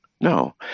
No